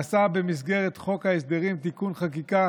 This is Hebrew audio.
ונעשה במסגרת חוק ההסדרים תיקון חקיקה